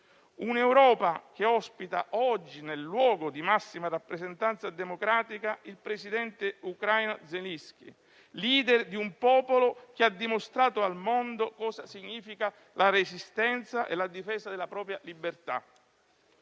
un'Europa che ospita oggi, nel luogo di massima rappresentanza democratica, il presidente ucraino Zelensky, *leader* di un popolo che ha dimostrato al mondo che cosa significa la resistenza e la difesa della propria libertà.